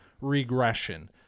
regression